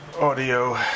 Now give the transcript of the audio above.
audio